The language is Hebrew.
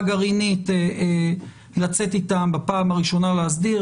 גרעינית לצאת איתם בפעם הראשונה להסדיר.